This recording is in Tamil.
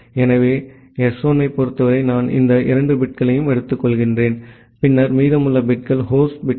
எனவே எஸ் 1 ஐப் பொறுத்தவரை நான் இந்த 2 பிட்களை எடுத்துக்கொள்கிறேன் பின்னர் மீதமுள்ள பிட்கள் ஹோஸ்ட் பிட்கள்